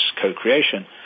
Co-Creation